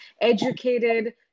educated